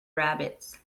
rabbits